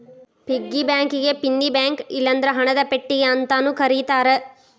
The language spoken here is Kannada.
ಪಿಗ್ಗಿ ಬ್ಯಾಂಕಿಗಿ ಪಿನ್ನಿ ಬ್ಯಾಂಕ ಇಲ್ಲಂದ್ರ ಹಣದ ಪೆಟ್ಟಿಗಿ ಅಂತಾನೂ ಕರೇತಾರ